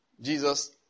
Jesus